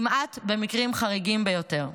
למעט במקרים חריגים ביותר.